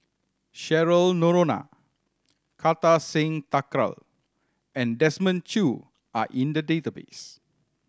Cheryl Noronha Kartar Singh Thakral and Desmond Choo are in the database